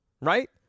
right